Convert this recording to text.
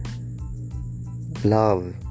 love